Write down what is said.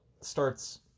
starts